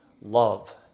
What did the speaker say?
Love